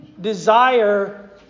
desire